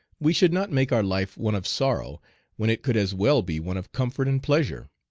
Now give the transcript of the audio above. we should not make our life one of sorrow when it could as well be one of comfort and pleasure.